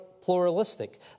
pluralistic